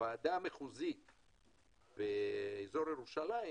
ועדה מחוזית באזור ירושלים